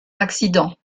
accident